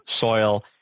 soil